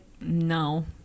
no